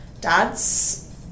dads